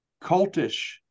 cultish